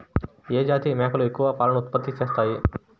ఏ జాతి మేకలు ఎక్కువ పాలను ఉత్పత్తి చేస్తాయి?